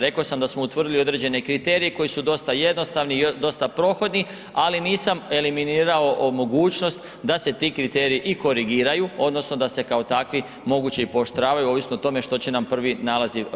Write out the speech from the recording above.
Rekao sam da smo utvrdili određene kriterije koji su dosta jednostavni i dosta prohodni, ali nisam eliminirao mogućnost da se ti kriteriji i korigiraju, odnosno da se kao takvi, moguće i pooštravaju, ovisno o tome što će nam prvi nalazi pokazati.